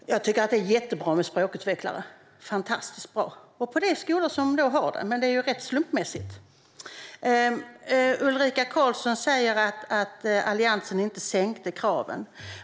Fru talman! Jag tycker att det är jättebra med språkutvecklare. Det är fantastiskt bra - på de skolor som har det, men det är rätt slumpmässigt. Ulrika Carlsson säger att Alliansen inte sänkte kraven.